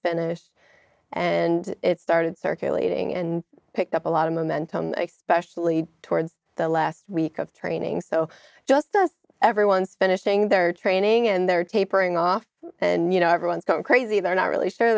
finished and started circulating and picked up a lot of momentum specially towards the last week of training so just us everyone's finishing their training and their tapering off you know everyone's going crazy they're not really sure